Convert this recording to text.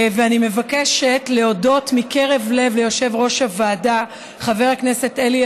ואני מבקשת להודות מקרב לב ליושב-ראש הוועדה חבר הכנסת אלי